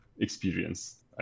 experience